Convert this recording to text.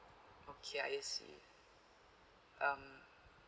okay I see um